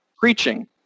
preaching